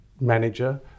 manager